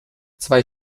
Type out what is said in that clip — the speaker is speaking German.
zwei